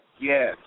Yes